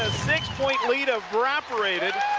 six-point lead evaporated,